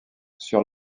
sur